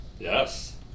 Yes